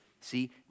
See